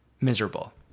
miserable